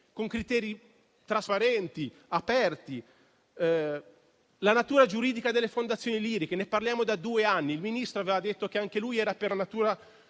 con criteri trasparenti e aperti. Della natura giuridica delle fondazioni liriche parliamo da due anni, il Ministro aveva detto che anche lui era per parlare